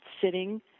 sitting